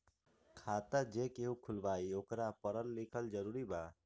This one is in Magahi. खाता जे केहु खुलवाई ओकरा परल लिखल जरूरी वा?